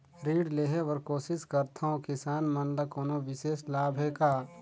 ऋण लेहे बर कोशिश करथवं, किसान मन ल कोनो विशेष लाभ हे का?